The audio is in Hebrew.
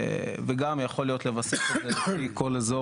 וגם יכול להיות לווסת את זה לפי כל אזור